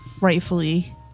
rightfully